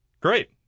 Great